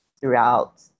throughout